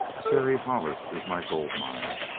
terry hollis is my gold mine.